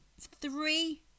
three